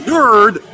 Nerd